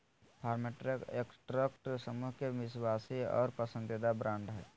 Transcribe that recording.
Farmtrac Escorts समूह के विश्वासी और पसंदीदा ब्रांड हइ